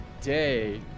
day